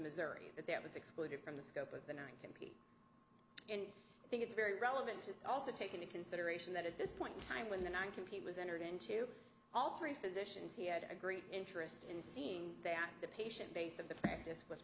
missouri but that was excluded from the scope of the night and i think it's very relevant to also take into consideration that at this point in time when the nine compete was entered into all three physicians he had a great interest in seeing that the patient base of the practice was